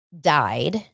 died